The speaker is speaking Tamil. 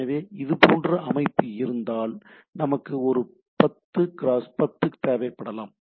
எனவே இதுபோன்ற அமைப்பு இருந்தால் நமக்கு ஒரு 10 கிராஸ் 10 தேவைப்படலாம்